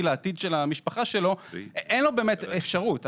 לעתיד של המשפחה שלו אין לו באמת אפשרות.